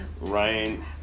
Ryan